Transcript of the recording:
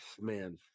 Man